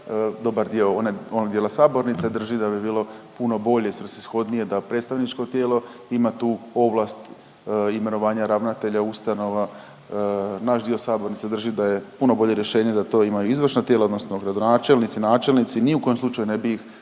Dobar dio one, onog dijela sabornice drži da bi bilo puno bolje, svrsishodnije da predstavničko tijelo ima tu ovlast imenovanja ravnatelja, ustanova, naš dio sabornice drži da je puno bolje rješenje da to imaju izvršna tijela, odnosno gradonačelnici, načelnici, ni u kojem slučaju ih